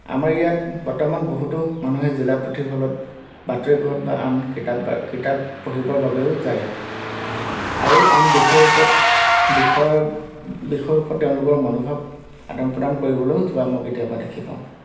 আমাৰ ইয়াত বৰ্তমান বহুতো মানুহে জিলা পুথিভঁড়ালত বাতৰি কাকত বা আন কিতাপ বা কিতাপ পঢ়িবৰ বাবেও যায় আৰু আন বিষয়ৰ ওপৰত বিষয়ৰ বিষয়ৰ ওপৰত তেওঁলোকৰ মনোভাৱ আদান প্ৰদান কৰিবলৈও যোৱা মই কেতিয়াবা দেখি পাওঁ